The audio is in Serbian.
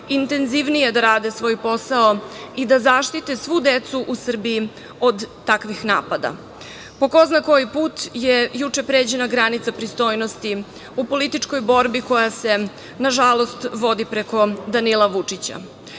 intenzivnije da rade svoj posao i da zaštite svu decu u Srbiji od takvih napada. Po ko zna koji put je juče pređena granica pristojnosti u političkoj borbi koja se nažalost vodi preko Danila Vučića.